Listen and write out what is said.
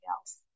else